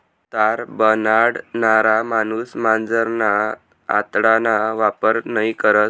तार बनाडणारा माणूस मांजरना आतडाना वापर नयी करस